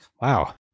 Wow